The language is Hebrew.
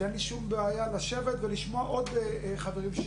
שאין לי שום בעיה לשבת ולשמוע עוד חברים.